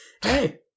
hey